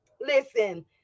listen